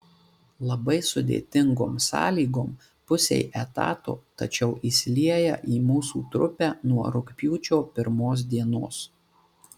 labai sudėtingom sąlygom pusei etato tačiau įsilieja į mūsų trupę nuo rugpjūčio pirmos dienos